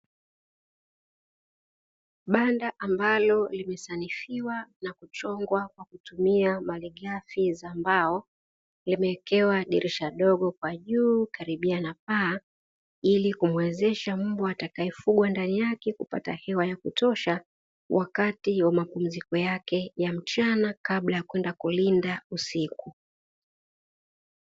Banda ambalo limesanifiwa na kuchongwa kwa kutumia malighafi za mbao. Limewekewa dirisha dogo kwa juu karibia na paa, ili kumwezesha mbwa atakayefugwa ndani yake, kupata hewa ya kutosha wakati wa mapumziko yake ya mchana kabla ya kwenda kulinda usiku.